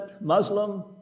Muslim